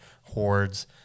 hordes